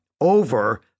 over